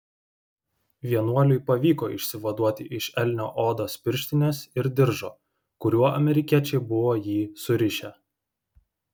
vienuoliui pavyko išsivaduoti iš elnio odos pirštinės ir diržo kuriuo amerikiečiai buvo jį surišę